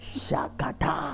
shakata